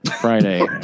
Friday